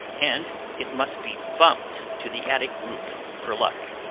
and it must be bumped to the attic roof for luck.